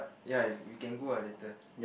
ya we can go ah later